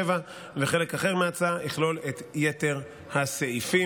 וחלק אחר מההצעה יכלול את יתר הסעיפים.